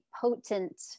potent